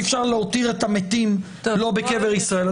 אפשר להותיר את המתים לא בקבר ישראל.